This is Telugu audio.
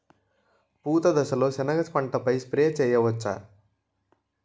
పూత దశలో సెనగ పంటపై స్ప్రే చేయచ్చా?